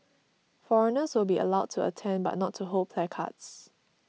foreigners will be allowed to attend but not to hold placards